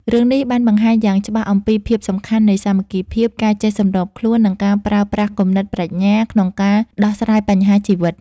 រឿងនេះបានបង្ហាញយ៉ាងច្បាស់អំពីភាពសំខាន់នៃ សាមគ្គីភាព ការចេះសម្របខ្លួន និង ការប្រើប្រាស់គំនិតប្រាជ្ញា ក្នុងការដោះស្រាយបញ្ហាជីវិត។